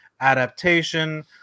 adaptation